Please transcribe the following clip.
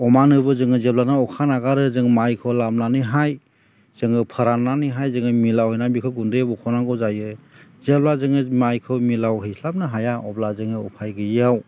अमानोबो जोङो जेब्लानो अखा नागारो जों माइखौ लामनानैहाय जोङो फोराननानैहाय जोङो मिलाव हैनानै बेखौ गुन्दै बखनांगौ जायो जेब्ला जोङो माइखौ मिलाव हैस्लाबनो हाया अब्ला जोङो उफाय गैयियाव